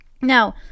Now